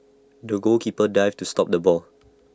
the goalkeeper dived to stop the ball